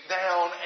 down